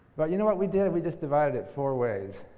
but you know what we did? we just divided it four ways